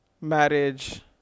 marriage